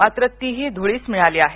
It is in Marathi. मात्र तीही धुळीस मिळाली आहे